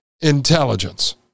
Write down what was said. intelligence